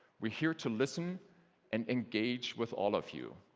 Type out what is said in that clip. we're here to listen and engage with all of you.